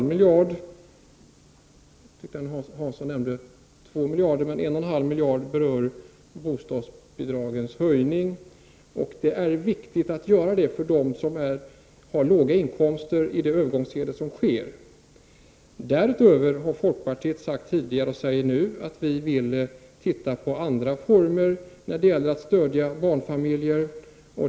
Jag tyckte att Agne Hansson nämnde 2 miljarder, men det rör sig om 1,5 miljarder kronor för bostadsbidragens höjning. Det är viktigt att höja bidragen för dem som har låga inkomster i ett övergångsskede. Därutöver har vi i folkpartiet tidigare sagt, och säger nu, att vi vill se på andra former att stödja barnfamiljer.